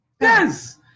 Yes